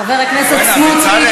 חבר הכנסת סמוטריץ,